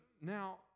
now